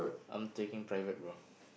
I'm taking private bro